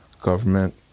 government